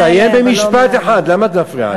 אני אסיים במשפט אחד, למה את מפריעה לי?